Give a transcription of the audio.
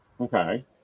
okay